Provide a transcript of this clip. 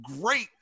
great